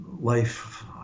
life